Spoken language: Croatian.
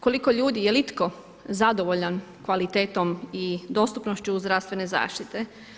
Koliko ljudi, je li itko zadovoljan kvalitetom i dostupnošću zdravstvene zaštite.